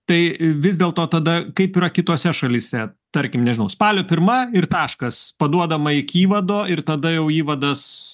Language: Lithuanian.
tai vis dėl to tada kaip yra kitose šalyse tarkim nežinau spalio pirma ir taškas paduodama iki įvado ir tada jau įvadas